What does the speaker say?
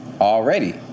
Already